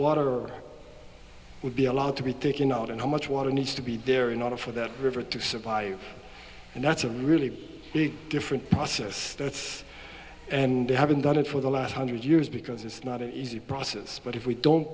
water would be allowed to be taken out and how much water needs to be there in order for that river to survive and that's a really different process and they haven't done it for the last hundred years because it's not an easy process but if we don't